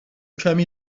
کمی